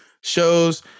shows